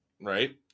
right